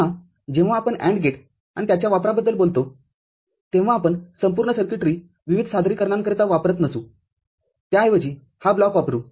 पुन्हा जेव्हा आपण AND गेट आणि त्याच्या वापराबद्दल बोलतो तेव्हा आपण संपूर्ण सर्किटरी विविध सादरीकरणांकरिता वापरत नसू त्याऐवजी हा ब्लॉक वापरू